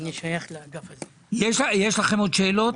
יש לכם עוד שאלות?